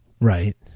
right